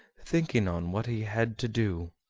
thinking on what he had to do.